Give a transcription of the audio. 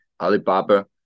Alibaba